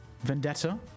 Vendetta